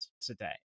today